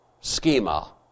schema